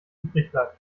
übrigbleibt